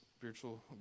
spiritual